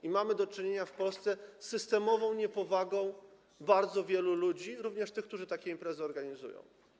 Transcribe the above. I mamy do czynienia w Polsce z systemową niepowagą bardzo wielu ludzi, również tych, którzy takie imprezy organizują.